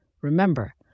Remember